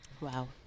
Wow